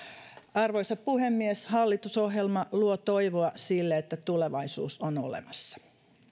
arvoisa puhemies hallitusohjelma luo toivoa sille että tulevaisuus on olemassa